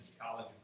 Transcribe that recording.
college